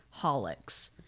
holics